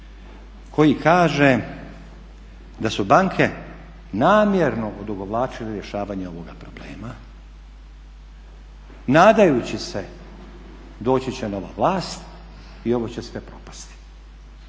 koji kaže da su banke namjerno odugovlačile rješavanje ovoga problema nadajući se doći će nova vlast i ovo će sve propasti.